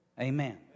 Amen